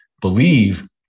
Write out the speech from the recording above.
believe